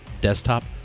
desktop